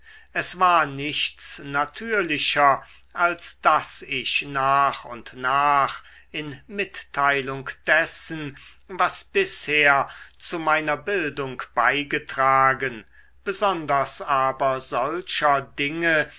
es war nichts natürlicher als daß ich nach und nach in mitteilung dessen was bisher zu meiner bildung beigetragen besonders aber solcher dinge